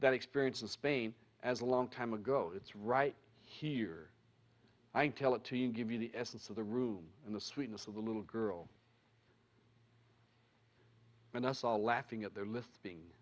that experience in spain as a long time ago it's right here i can tell it to you and give you the essence of the room and the sweetness of the little girl and that's all laughing at their list being